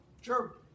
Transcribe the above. Sure